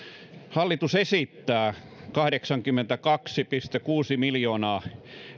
hallitus esittää kahdeksankymmentäkaksi pilkku kuusi miljoonaa